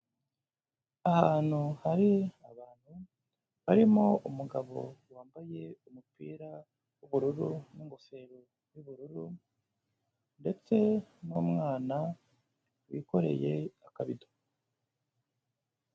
Ahantu hari abantu barimo umugabo wambaye umupira w'ubururu n'ingofero y'ubururu ndetse n'umwana wikoreye akabido.